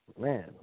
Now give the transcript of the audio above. Man